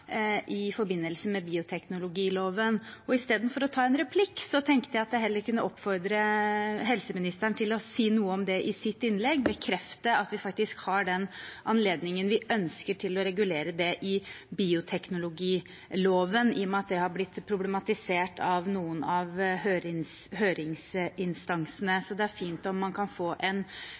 i forbindelse med bioteknologiloven. Istedenfor å ta en replikk tenkte jeg at jeg heller kunne oppfordre helseministeren til å si noe om det i sitt innlegg og bekrefte at vi faktisk har den anledningen vi ønsker til å regulere det i bioteknologiloven, i og med at det har blitt problematisert av noen av høringsinstansene. Så det er fint om man kan få en